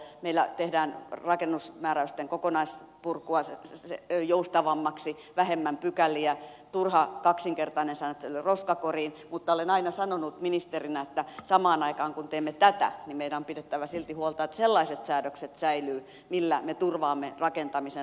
meillä tehdään rakennusmääräysten kokonaispurkua joustavammaksi vähemmän pykäliä turha kaksinkertainen sääntely roskakoriin mutta olen aina sanonut ministerinä että samaan aikaan kun teemme tätä meidän on pidettävä silti huolta että sellaiset säädökset säilyvät millä me turvaamme rakentamisen laadun